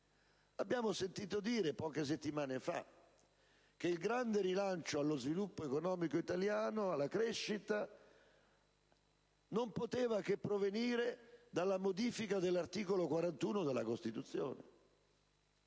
abbiamo sentito dire che il grande rilancio allo sviluppo economico italiano e alla crescita non poteva che provenire dalla modifica dell'articolo 41 della Costituzione.